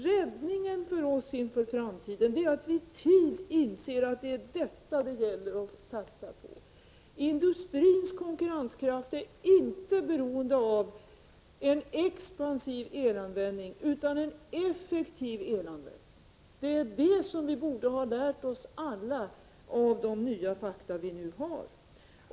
Räddningen för oss är att vi i tid inser att det är detta det gäller att satsa på inför framtiden. Industrins konkurrenskraft är inte beroende av en expansiv elanvändning utan av en effektiv elanvändning. Det är detta som vi alla borde ha lärt oss av de nya fakta vi nu har.